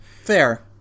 Fair